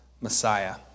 Messiah